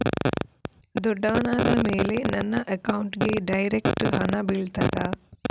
ದೊಡ್ಡವನಾದ ಮೇಲೆ ನನ್ನ ಅಕೌಂಟ್ಗೆ ಡೈರೆಕ್ಟ್ ಹಣ ಬೀಳ್ತದಾ?